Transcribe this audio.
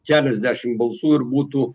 keliasdešim balsų ir būtų